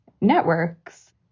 networks